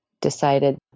decided